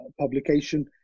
publication